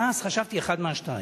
ואז חשבתי, אחד מהשניים: